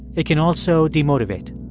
it can also demotivate.